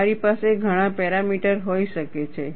તમારી પાસે ઘણા પેરામીટર હોઈ શકે છે